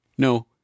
No